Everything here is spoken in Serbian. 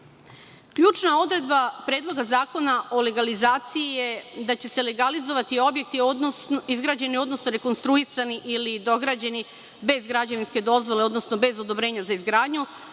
gradnje. Ključna odredba Predloga zakona o legalizaciji je da će se legalizovati objekti izgrađeni, odnosno rekonstruisani ili dograđeni bez građevinske dozvole, odnosno bez odobrenja za izgradnju,